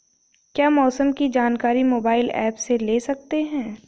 क्या मौसम की जानकारी मोबाइल ऐप से ले सकते हैं?